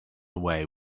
away